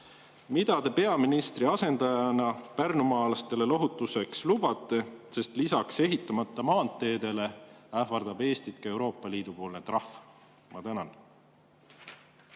Mida te peaministri asendajana pärnumaalastele lohutuseks lubate? Lisaks ehitamata maanteedele ähvardab Eestit ka Euroopa Liidu poolne trahv. Tänan,